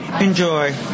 enjoy